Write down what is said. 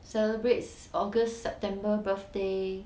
celebrates august september birthday